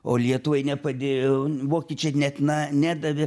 o lietuvai nepadėjo vokiečiai net na nedavė